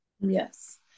Yes